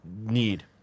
need